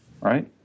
right